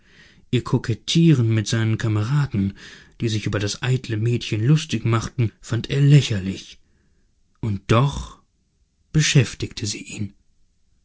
ihr kokettieren mit seinen kameraden die sich über das eitle mädchen lustig machten fand er lächerlich und doch beschäftigte sie ihn